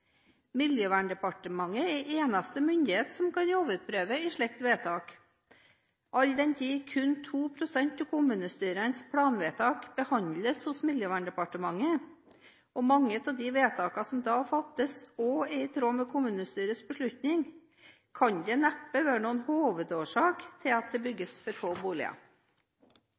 Miljøverndepartementet er eneste myndighet som kan overprøve et slikt vedtak. All den tid kun 2 pst. av kommunestyrenes planvedtak behandles hos Miljøverndepartementet, og mange av de vedtakene som da fattes også er i tråd med kommunestyrets beslutning, kan det neppe være noen hovedårsak til at det bygges for få boliger.